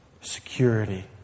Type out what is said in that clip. Security